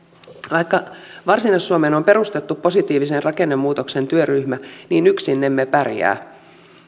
vaikka varsinais suomeen on on perustettu positiivisen rakennemuutoksen työryhmä niin yksin emme pärjää